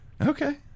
Okay